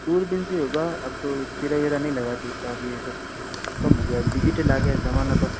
दूरबीन से होगा अब तो चीरा वीरा नहीं लगाते इतना अभी यह सब कम हो गया है अभी डिजिटल आ गया है ज़माना सब